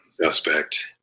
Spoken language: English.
suspect